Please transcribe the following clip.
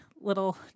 little